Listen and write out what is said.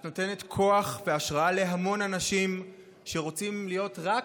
את נותנת כוח והשראה להמון אנשים שרוצים להיות רק